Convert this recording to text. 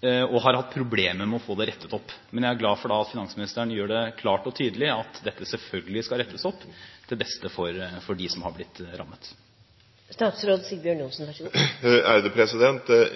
og har hatt problemer med å få det rettet opp. Men jeg er glad for at finansministeren gjør det klart og tydelig at dette selvfølgelig skal rettes opp, til beste for dem som har blitt rammet.